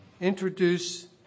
introduce